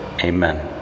Amen